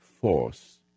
force